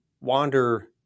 Wander